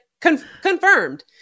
confirmed